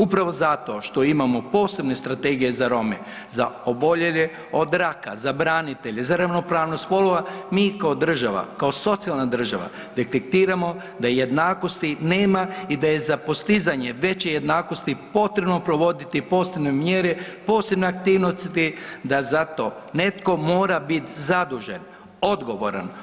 Upravo zato što imamo posebne strategije za Rome, za oboljele od raka, za branitelje, za ravnopravnost spolova, mi kao država, kao socijalna država, detektiramo da jednakosti nema i da je za postizanje veće jednakosti potrebno provoditi posebne mjere, posebne aktivnosti, da za to netko mora bit zadužen, odgovoran.